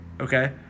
Okay